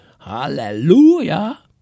hallelujah